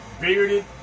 bearded